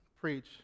preach